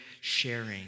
sharing